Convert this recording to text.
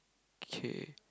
okay